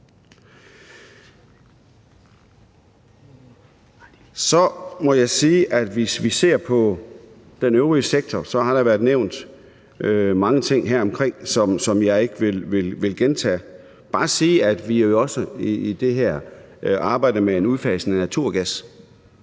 Hvis vi ser på den øvrige sektor, har der været nævnt mange ting her, som jeg ikke vil gentage. Jeg vil bare sige, at vi jo også i det her arbejder med en udfasning af naturgas.